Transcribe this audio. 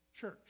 church